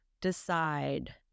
decide